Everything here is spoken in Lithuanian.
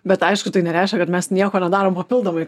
bet aišku tai nereiškia kad mes nieko nedarome papildomai